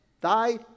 thy